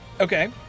Okay